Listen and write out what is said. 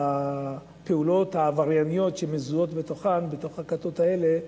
בפעולות העברייניות שמזוהות בתוך הכתות האלה,